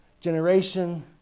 Generation